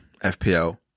FPL